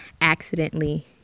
accidentally